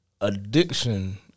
addiction